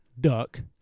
duck